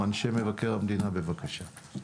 אנשי מבקר המדינה, בבקשה.